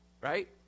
right